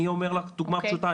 אני אומר לך דוגמה פשוטה,